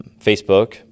Facebook